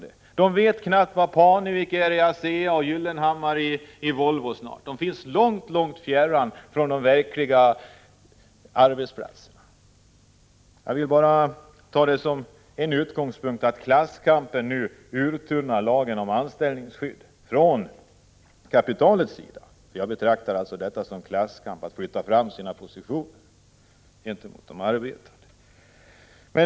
De som finns i dessa bolag kommer knappt att veta vem Barnevik i Asea eller Gyllenhammar i Volvo är. De finns långt borta från de verkliga arbetsplatserna. — Jag vill ta detta som ett exempel på att klasskampen från kapitalets sida uttunnar lagen om anställningsskydd. Jag betraktar det som klasskamp att man flyttar fram sina positioner gentemot de arbetande.